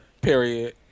period